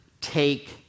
take